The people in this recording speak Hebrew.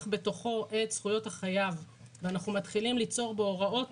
בתוכו את זכויות החייב ואנחנו מתחילים ליצור בו הוראות